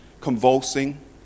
convulsing